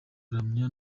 kuramya